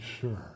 sure